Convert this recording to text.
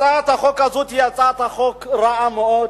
הצעת החוק הזאת היא הצעת חוק רעה מאוד,